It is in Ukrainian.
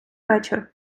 вечір